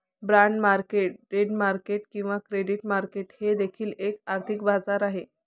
bond market debt market किंवा credit market हे देखील एक आर्थिक बाजार आहे